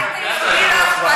אני רוצה להסביר.